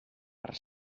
per